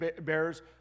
bearers